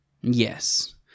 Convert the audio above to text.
Yes